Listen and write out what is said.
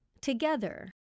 together